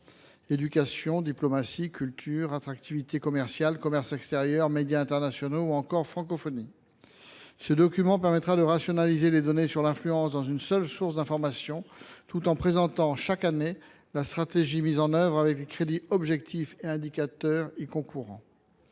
éducation, diplomatie, culture, attractivité commerciale, commerce extérieur, médias internationaux ou encore francophonie. Ce document permettra de rationaliser les données relatives à l’influence dans une source d’information unique, tout en présentant chaque année la stratégie mise en œuvre et les crédits, objectifs et indicateurs y concourant.